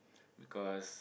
because